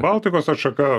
baltikos atšaka